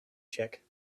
check